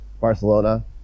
Barcelona